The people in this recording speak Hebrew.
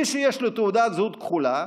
מי שיש לו תעודת זהות כחולה,